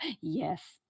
Yes